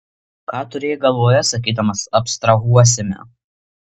ką turėjai galvoje sakydamas abstrahuosime